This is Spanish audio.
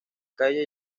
calle